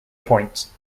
points